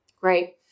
Great